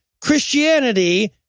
Christianity